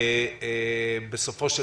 בסופו של